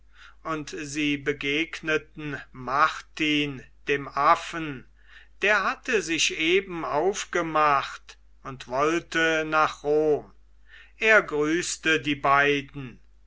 und sie begegneten martin dem affen der hatte sich eben aufgemacht und wollte nach rom er grüßte die beiden